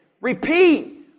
Repeat